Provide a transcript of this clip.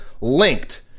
linked